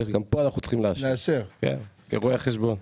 גם פה אנחנו צריכים לאשר כרואי החשבון.